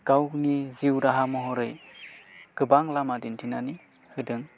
गावनि जिउ राहा महरै गोबां लामा दिन्थिनानै होदों